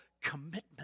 commitment